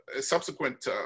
subsequent